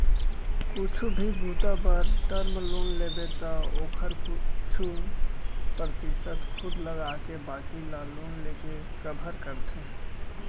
कुछु भी बूता बर टर्म लोन लेबे त ओखर कुछु परतिसत खुद लगाके बाकी ल लोन लेके कभर करथे